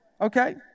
Okay